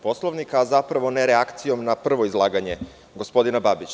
Poslovnika, a zapravo ne reakcijom na prvo izlaganje gospodina Babića.